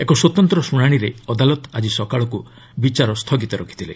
ଏକ ସ୍ୱତନ୍ତ୍ର ଶୁଣାଶିରେ ଅଦାଲତ ଆଜି ସକାଳକୁ ବିଚାର ସ୍ଥଗିତ ରଖିଥିଲେ